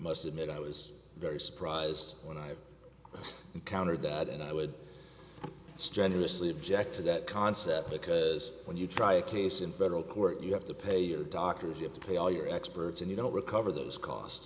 must admit i was very surprised when i encountered that and i would strenuously object to that concept because when you try a case in federal court you have to pay the doctors you have to pay all your experts and you don't recover those cost